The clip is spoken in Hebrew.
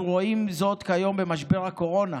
אנו רואים זאת כיום במשבר הקורונה,